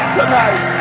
tonight